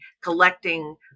collecting